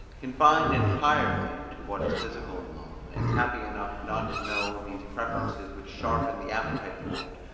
confined entirely to what is physical in love, and happy enough not to know these preferences which sharpen the appetite for it,